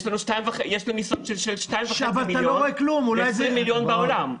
יש לנו ניסיון של 2.5 מיליון ו-20 מיליון בעולם.